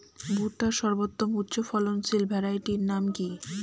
ভুট্টার সর্বোত্তম উচ্চফলনশীল ভ্যারাইটির নাম কি?